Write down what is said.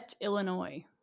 Illinois